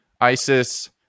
ISIS